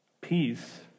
peace